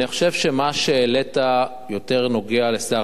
אני חושב שמה העלית נוגע יותר לשר